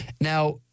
Now